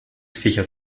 sicher